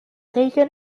taken